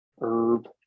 Herb